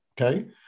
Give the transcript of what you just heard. Okay